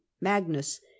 magnus